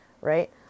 right